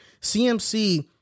CMC